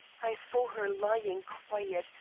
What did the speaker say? i saw her lying quiet,